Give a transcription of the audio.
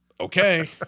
okay